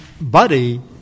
body